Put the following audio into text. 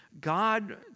God